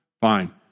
fine